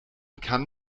kann